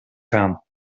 gaan